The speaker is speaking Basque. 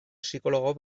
psikologo